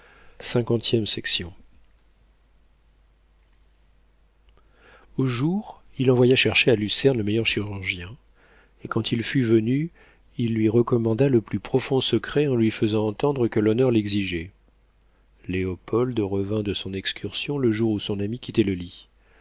au jour il envoya chercher à lucerne le meilleur chirurgien et quand il fut venu il lui recommanda le plus profond secret en lui faisant entendre que l'honneur l'exigeait léopold revint de son excursion le jour où son ami quittait le lit